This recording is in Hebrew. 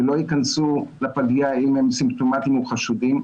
ולא ייכנסו לפגיה אם הם סימפטומטיים או חשודים,